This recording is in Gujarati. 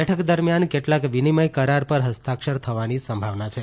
બેઠક દરમિયાન કેટલાક વિનિમય કરાર પર ફસ્તાક્ષર થવાની સંભાવના છે